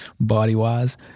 body-wise